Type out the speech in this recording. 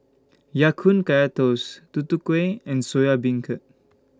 Ya Kun Kaya Toast Tutu Kueh and Soya Beancurd